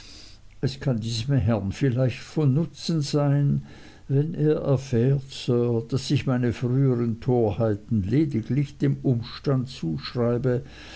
es kann diesem herrn vielleicht von nutzen sein wenn er erfährt sir daß ich meine früheren torheiten lediglich dem umstand zuschreibe